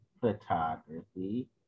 photography